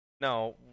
No